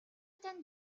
тань